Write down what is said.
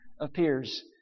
appears